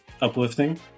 Uplifting